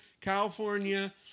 california